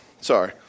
Sorry